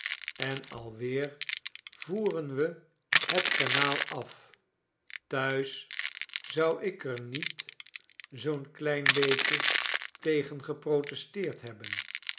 genomen werd enalweervoeren we het kanaal af thuis zou ik er niet zoo'n klein beetje tegen geprotesteerd hebben